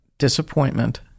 disappointment